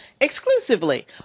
exclusively